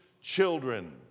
Children